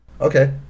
Okay